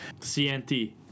CNT